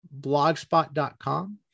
blogspot.com